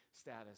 status